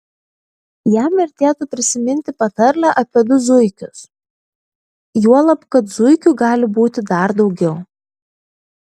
jam vertėtų prisiminti patarlę apie du zuikius juolab kad zuikių gali būti dar daugiau